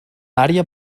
àrea